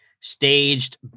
staged